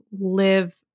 live